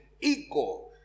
ego